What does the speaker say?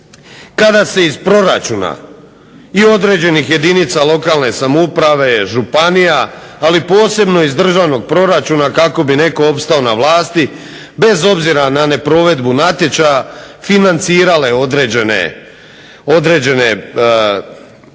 kada se iz proračuna i određenih jedinica lokalne samouprave, županija ali posebno iz državnog proračuna kako bi netko opstao na vlasti bez obzira na neprovedbu natječaja financirale određene političke